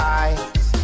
eyes